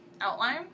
outline